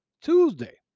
Tuesday